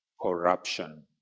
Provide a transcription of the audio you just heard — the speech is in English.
corruption